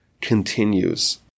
continues